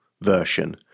version